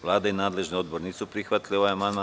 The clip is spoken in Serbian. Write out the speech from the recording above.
Vlada i nadležni odbor nisu prihvatili ovaj amandman.